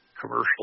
commercial